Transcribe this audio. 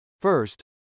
First